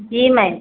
जी ma'am